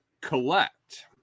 collect